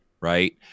right